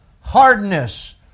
Hardness